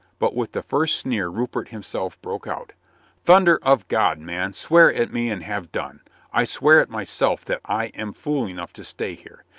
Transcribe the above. but with the first sneer rupert himself broke out thunder of god, man, swear at me and have done i swear at myself that i am fool enough to stay here.